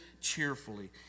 cheerfully